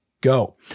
go